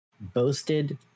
Boasted